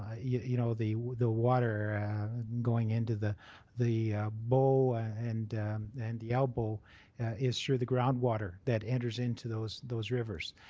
ah yeah you know the the water going into the the bow and and the elbow is through the ground water that enters into those those rivers.